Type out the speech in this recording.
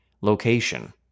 location